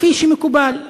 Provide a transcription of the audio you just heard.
כפי שמקובל,